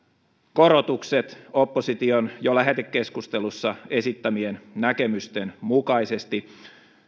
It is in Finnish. korotukset opposition jo lähetekeskustelussa esittämien näkemysten mukaisesti